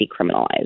decriminalized